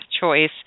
choice